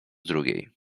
drugiej